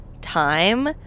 time